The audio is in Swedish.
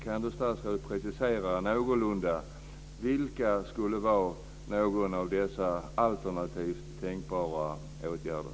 Kan då statsrådet precisera någorlunda vilka som skulle vara dessa alternativa tänkbara åtgärder?